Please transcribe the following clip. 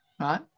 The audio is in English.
right